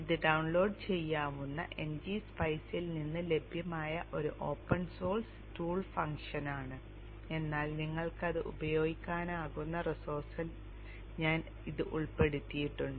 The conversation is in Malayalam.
ഇത് ഡൌൺലോഡ് ചെയ്യാവുന്ന n g സ്പൈസിൽ നിന്ന് ലഭ്യമായ ഒരു ഓപ്പൺ സോഴ്സ് ടൂൾ ഫംഗ്ഷനാണ് എന്നാൽ നിങ്ങൾക്കത് ഉപയോഗിക്കാനാകുന്ന റിസോഴ്സിൽ ഞാൻ ഇത് ഉൾപ്പെടുത്തിയിട്ടുണ്ട്